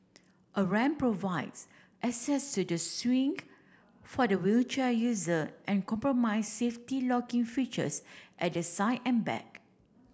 a ramp provides access to the swing for the wheelchair user and comprise safety locking features at the side and back